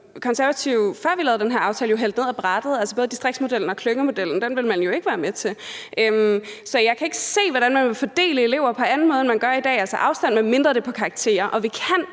før vi lavede den her aftale, jo hældte ned ad brættet; altså både distriktsmodellen og klyngemodellen ville man jo ikke være med til. Så jeg kan ikke se, hvordan man vil fordele elever på anden måde, end man gør i dag, altså efter afstand, medmindre det er efter karakterer.